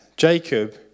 Jacob